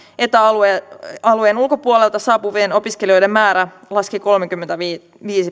eta alueen alueen ulkopuolelta saapuvien opiskelijoiden määrä laski kolmekymmentäviisi